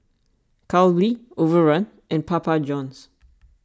Calbee Overrun and Papa Johns